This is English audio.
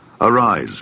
Arise